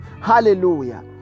Hallelujah